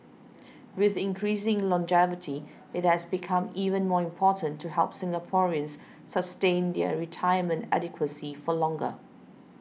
with increasing longevity it has become even more important to help Singaporeans sustain their retirement adequacy for longer